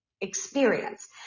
experience